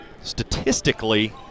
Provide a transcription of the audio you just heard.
statistically